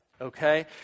Okay